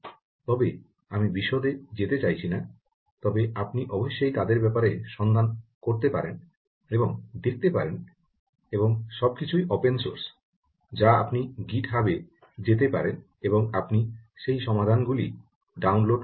তবে আমি বিশদে যেতে চাইছি না তবে আপনি অবশ্যই তাদের ব্যাপারে সন্ধান করতে পারেন এবং দেখতে পারেন এবং সবকিছুই ওপেন সোর্স যা আপনি গিটহাবে যেতে পারেন এবং আপনি এই সমাধানগুলি ডাউনলোড করতে পারেন